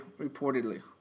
reportedly